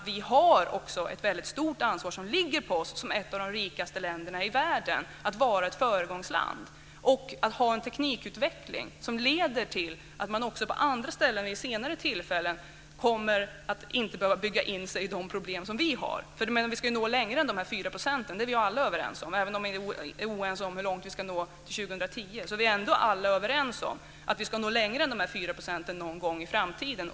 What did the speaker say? Vi har nämligen ett väldigt stort ansvar som ett av de rikaste länderna i världen att vara ett föregångsland och att ha en teknikutveckling som leder till att man på andra ställen vid senare tillfällen inte kommer att behöva bygga in sig i de problem som vi har. Vi ska ju nå längre än de här 4 procenten; det är vi ju alla överens om. Även om vi är oense om hur långt vi ska nå till 2010 är vi alla överens om att vi ska nå längre än de här 4 procenten någon gång i framtiden.